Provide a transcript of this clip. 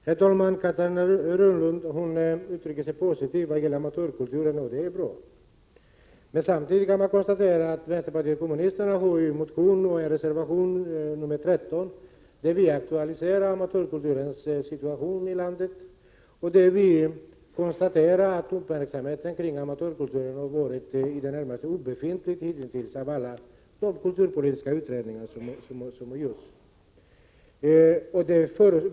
Herr talman! Catarina Rönnung uttrycker sig positivt när det gäller amatörkulturen, och det är bra. Men samtidigt kan man konstatera att vänsterpartiet kommunisterna har en motion och en reservation — nr 13— där vi aktualiserar amatörkulturens situation i landet och där vi konstaterar att uppmärksamheten kring amatörkulturen har varit i det närmaste obefintlig i alla de kulturpolitiska utredningar som hittills har gjorts.